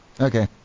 Okay